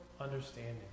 understanding